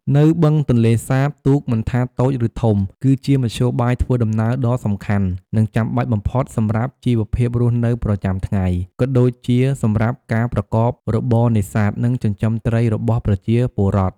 នៅបឹងទន្លេសាប ទូក មិនថាតូចឬធំ គឺជាមធ្យោបាយធ្វើដំណើរដ៏សំខាន់ និងចាំបាច់បំផុតសម្រាប់ជីវភាពរស់នៅប្រចាំថ្ងៃ ក៏ដូចជាសម្រាប់ការប្រកបរបរនេសាទ និងចិញ្ចឹមត្រីរបស់ប្រជាពលរដ្ឋ។